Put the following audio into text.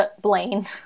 Blaine